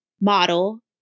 model